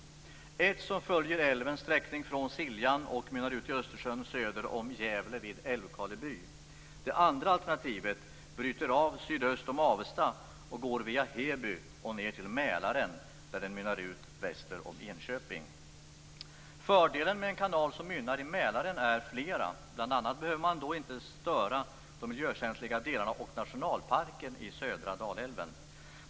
Det ena följer älvens sträckning från Älvkarleby. Det andra alternativet bryter av sydöst om Avesta, går via Heby ned till Mälaren och mynnar ut väster om Enköping. Fördelarna med en kanal som mynnar i Mälaren är flera. Bl.a. behöver man då inte störa de miljökänsliga delarna och nationalparken längs södra Dalälven.